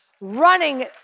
running